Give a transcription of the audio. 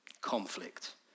conflict